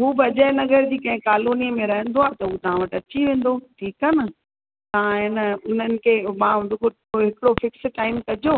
हू बि अजय नगर जी कंहिं कालोनीअ में रहंदो आहे त हू तव्हां वटि अची वेंदो ठीकु आहे न तव्हां अइन उन्हनि खे मां हुनजो हिकिड़ो फ़िक्स टाइम कजो